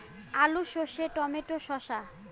আলু সর্ষে টমেটো শসা